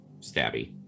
stabby